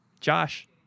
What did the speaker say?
Josh